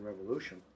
Revolution